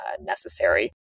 necessary